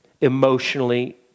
emotionally